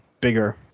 bigger